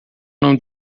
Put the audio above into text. não